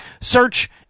search